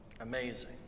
amazing